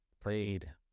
played